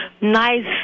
nice